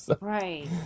Right